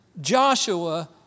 Joshua